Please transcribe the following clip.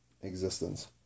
existence